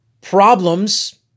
problems